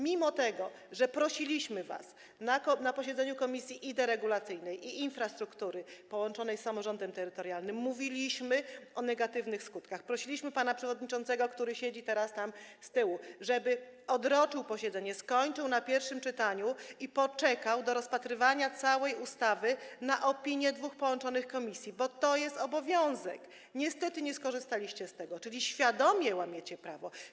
Mimo że prosiliśmy was na posiedzeniach komisji, i komisji deregulacyjnej, i Komisji Infrastruktury połączonej z komisją samorządu terytorialnego, mówiliśmy o negatywnych skutkach, prosiliśmy pana przewodniczącego, który teraz siedzi tam z tyłu, żeby odroczył posiedzenie, skończył na pierwszym czytaniu i poczekał do rozpatrywania całej ustawy na opinie dwóch połączonych komisji, bo to jest obowiązek, niestety nie skorzystaliście z tego, czyli świadomie łamiecie prawo.